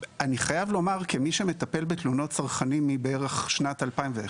כמי שמטפל בתלונות של צרכנים מבערך שנת 2001,